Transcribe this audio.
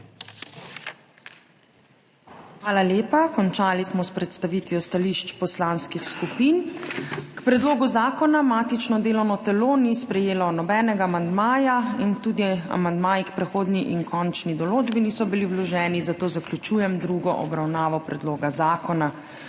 Hvala lepa. Končali smo s predstavitvijo stališč poslanskih skupin. K predlogu zakona matično delovno telo ni sprejelo nobenega amandmaja in tudi amandmaji k prehodni in končni določbi niso bili vloženi, zato zaključujem drugo obravnavo predloga zakona.